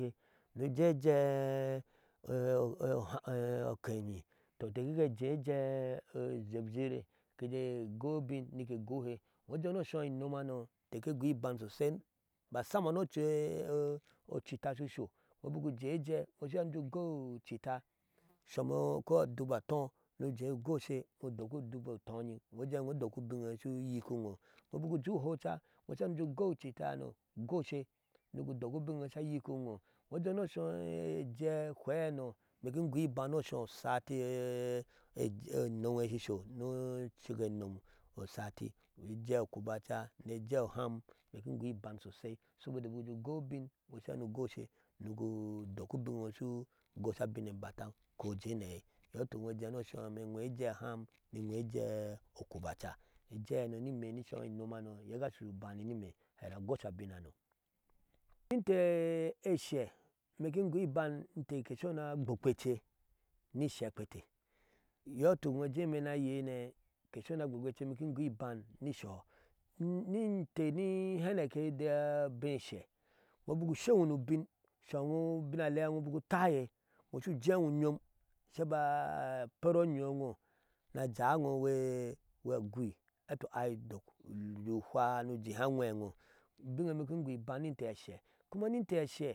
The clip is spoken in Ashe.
Ni ujee ejee okenye tɔ inte kike ejee ejee epzekre ke ejee jee egoi abin egohe ni oshi enumhano inte ke goo iban sosai masama ni ocuu ocitta shi sho, iŋo bik ujee ejee ino shu sho iŋo ugoi ucitta somo ko adubu atɔ ni ujeee ugoshe udole udubu utonyin ujee iŋo udok ubiŋŋe ye shu yikihiŋo iŋo bik ujee whɔca iŋshu haka ujee je ugoi ucittahano goshe ni gi udok ubinneye oha yikingo iŋo shu haka ujee. je ugoi ucittahano goshe ni gi udok ubinneye oha yikinonye kin goo iban ni oshɔɔ osati ejehano ni nomme enyɔɔ shi sho ni. ocok osati ejee okubacha ni ejee oham, ime ki ingoo iban sosai, saboda bik ujee ugoi ubin iŋo shu iya ni ugoshe nik udok ubiŋŋeŋo shu gosha abin obataŋ ukɔɔ ujee ni aei iyɔɔ ituk imee nu jee ni oshɔɔ imee igwe ejee oham ni inwe ejee okubacha ejeehano nioshɔɔ inomhano iye ka sho shi bani ni imee here agosha abinano inte eshe imee ki in goo iban inte ke shoni agbokpe ece ni ishekpete iyɔɔ ituk iyo ujee ime ni ayeini ainte sho naa agbokpeece ni isɔɔhɔ ni inte nihenɛki daa abee ashɛ iyo bik usheŋo ni ubin ubim alea ejo bik utaye iŋo shu jedo unyom sha aba aper onyo e iŋo ni a. jada we we gui eti u ai udok ujee je uhwa ni ujehee aywɛɛ e iŋo. ubiŋŋeme nyom ki in goo ibam ni inte ashe kuma ni inte ashe.